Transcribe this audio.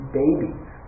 babies